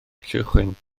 lluwchwynt